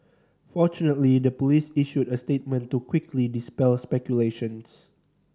fortunately the police issued a statement to quickly dispel speculations